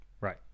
right